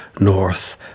north